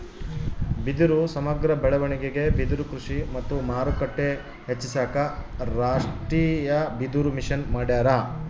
ಬಿದಿರು ಸಮಗ್ರ ಬೆಳವಣಿಗೆಗೆ ಬಿದಿರುಕೃಷಿ ಮತ್ತು ಮಾರುಕಟ್ಟೆ ಹೆಚ್ಚಿಸಾಕ ರಾಷ್ಟೀಯಬಿದಿರುಮಿಷನ್ ಮಾಡ್ಯಾರ